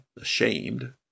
ashamed